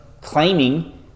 claiming